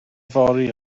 fory